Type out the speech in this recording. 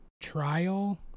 trial